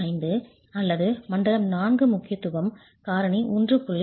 5 அல்லது மண்டலம் 4 முக்கியத்துவம் காரணி 1